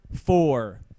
four